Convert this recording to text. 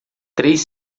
três